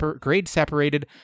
grade-separated